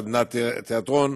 סדנת תיאטרון,